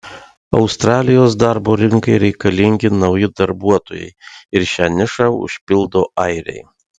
australijos darbo rinkai reikalingi nauji darbuotojai ir šią nišą užpildo airiai